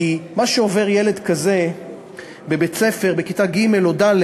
כי מה שעובר ילד כזה בבית-ספר בכיתה ג' או ד',